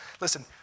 Listen